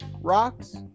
rocks